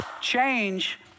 change